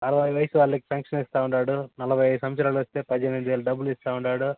అరవై వయసు వాళ్ళకి పెన్షన్ ఇస్తున్నాడు నలభై సమాత్సరాలోస్తే పద్దెనిమిది వేలు డబ్బులు ఇస్తున్నాడు